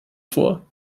vor